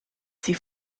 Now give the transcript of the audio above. sie